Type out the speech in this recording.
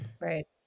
Right